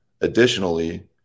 Additionally